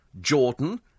Jordan